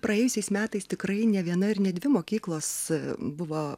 praėjusiais metais tikrai ne viena ir ne dvi mokyklos buvo